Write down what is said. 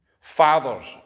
fathers